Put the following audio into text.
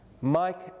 Mike